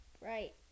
Right